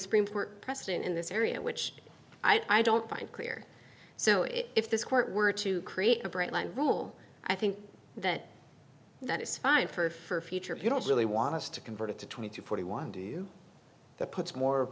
supreme court precedent in this area which i don't find career so if this court were to create a bright line rule i think that that is fine for a future if you don't really want us to convert it to twenty to forty one do you that puts more